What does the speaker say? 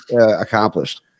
accomplished